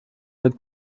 mit